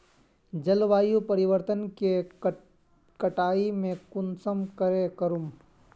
जलवायु परिवर्तन के कटाई में कुंसम करे करूम?